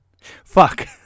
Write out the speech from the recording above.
Fuck